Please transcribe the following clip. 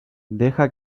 deja